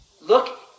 look